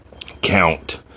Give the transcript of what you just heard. count